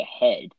ahead